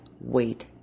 Wait